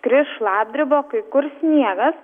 kris šlapdriba kai kur sniegas